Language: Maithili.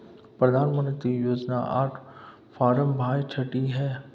प्रधानमंत्री योजना आर फारम भाई छठी है?